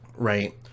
Right